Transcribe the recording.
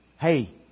Hey